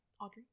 Audrey